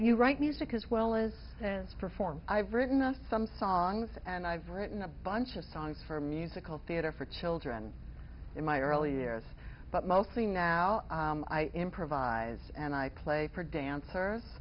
you write music as well as perform i've written up some songs and i've written a bunch of songs for musical theatre for children in my early years but mostly now i improvise and i play for dancers